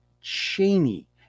Cheney